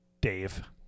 Dave